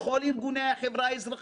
לתנועה לאיכות השלטון,